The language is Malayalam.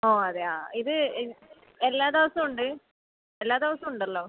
ഓ അതെയോ ഇത് എല്ലാ ദിവസവും ഉണ്ട് എല്ലാ ദിവസവും ഉണ്ടല്ലോ